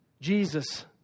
Jesus